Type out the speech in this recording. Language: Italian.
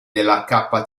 della